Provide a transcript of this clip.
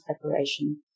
preparation